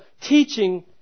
teaching